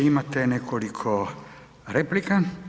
Imate nekoliko replika.